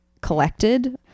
collected